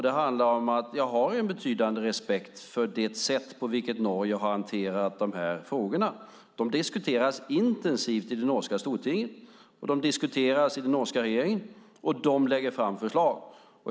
Det beror på att jag har en betydande respekt för det sätt på vilket Norge hanterar dessa frågor. De diskuteras intensivt i det norska Stortinget, de diskuteras i den norska regeringen, och man lägger fram förslag.